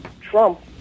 Trump